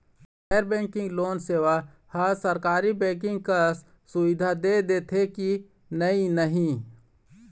गैर banking loan सेवा हा सरकारी बैंकिंग कस सुविधा दे देथे कि नई नहीं?